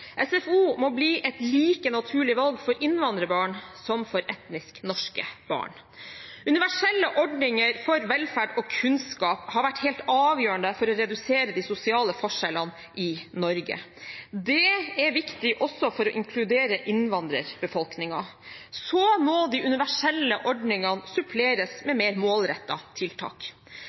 SFO må bli et like naturlig valg for innvandrerbarn som for etnisk norske barn. Universelle ordninger for velferd og kunnskap har vært helt avgjørende for å redusere de sosiale forskjellene i Norge. Det er viktig også for å inkludere innvandrerbefolkningen. Så må de universelle ordningene suppleres